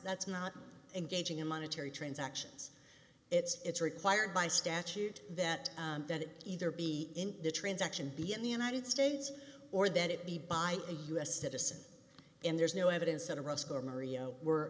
that's not engaging in monetary transactions it's required by statute that that it either be in the transaction be in the united states or that it be by a u s citizen and there's no evidence